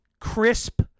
crisp